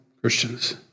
Christians